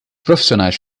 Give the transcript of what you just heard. profissionais